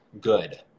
good